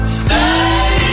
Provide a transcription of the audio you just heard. stay